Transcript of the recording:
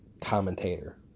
commentator